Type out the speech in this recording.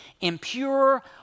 impure